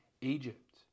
Egypt